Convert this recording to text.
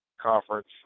conference